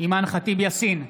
אימאן ח'טיב יאסין,